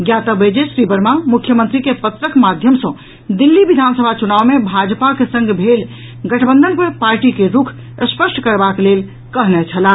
ज्ञातव्य अछि जे श्री वर्मा मुख्यमंत्री के पत्रक माध्यम सँ दिल्ली विधानसभा चुनाव मे भाजपाक संग भेल गठबंधन पर पार्टी के रूख स्पष्ट करबाक लेल कहने छलाह